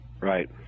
right